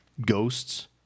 ghosts